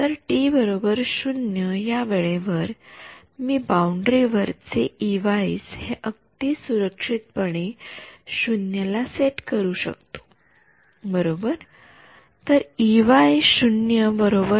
तर टी 0 या वेळेवर मी बाउंडरी वरचे इ वाईज हे अगदी सुरक्षितपणे शून्य ला सेट करू शकतो बरोबर